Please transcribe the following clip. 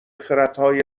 خردهای